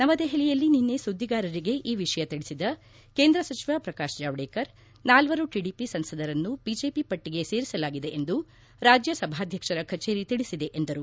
ನವದೆಹಲಿಯಲ್ಲಿ ನಿನ್ನೆ ಸುದ್ದಿಗಾರರಿಗೆ ಈ ವಿಷಯ ತಿಳಿಸಿದ ಕೇದ್ರ ಸಚಿವ ಪ್ರಕಾಶ್ ಜಾವಡೇಕರ್ ನಾಲ್ವರು ಟಡಿಪಿ ಸಂಸದರನ್ನು ಬಿಜೆಪಿ ಪಟ್ಲಗೆ ಸೇರಿಸಲಾಗಿದೆ ಎಂದು ರಾಜ್ಯ ಸಭಾಧಕ್ಷರ ಕಚೇರಿ ತಿಳಿಸಿದೆ ಎಂದರು